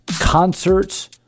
concerts